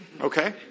Okay